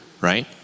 right